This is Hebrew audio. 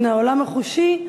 מן העולם החושי,